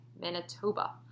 Manitoba